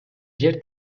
жер